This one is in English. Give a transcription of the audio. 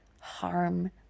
harm